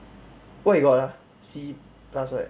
what you got ah C plus right